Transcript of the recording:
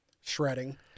shredding